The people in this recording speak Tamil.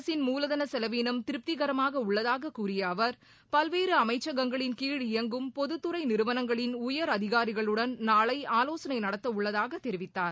அரசின் மூலதள செலவினம் திருப்திகரமாக உள்ளதாக கூறிய அவர் பல்வேறு அமைச்சகங்களின் கீழ் இயங்கும் பொதுத் துறை நிறுவனங்களின் உயரதிகாரிகளுடன் நாளை ஆவோசனை நடத்தவுள்ளதாக தெரிவித்தார்